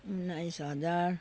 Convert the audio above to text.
उन्नाइस हजार